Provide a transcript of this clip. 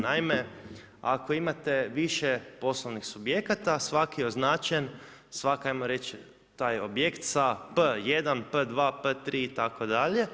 Naime, ako imate više poslovnih subjekata svaki je označen, svaki ajmo reći taj objekt sa „p1, p2, p3“ itd.